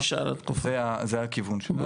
זה הכיוון שלנו,